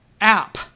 app